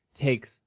takes